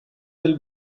del